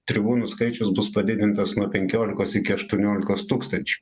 tribūnų skaičius bus padidintas nuo penkiolikos iki aštuoniolikos tūkstančių